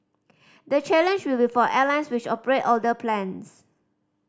the challenge will be for airlines which operate older planes